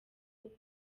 kuko